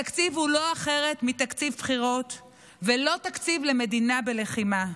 התקציב הוא לא אחר מתקציב בחירות ולא תקציב למדינה בלחימה,